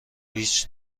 هیچ